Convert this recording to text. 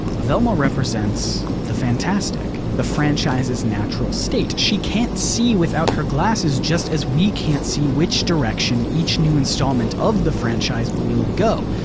velma represents the fantastic, the franchise's natural state. she can't see without her glasses just as we can't see which direction each new installment of the franchise will go.